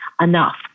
enough